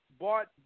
bought